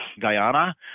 Guyana